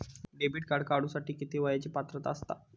Debit card काढूसाठी किती वयाची पात्रता असतात?